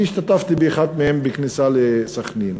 אני השתתפתי באחת מהן בכניסה לסח'נין.